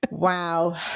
Wow